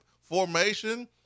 formation